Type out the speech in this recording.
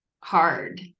hard